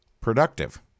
productive